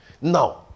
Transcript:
Now